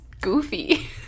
goofy